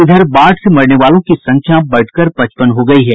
इधर बाढ़ से मरने वालों की संख्या बढ़कर पचपन हो गयी है